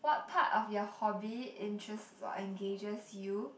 what part of your hobby interests or engages you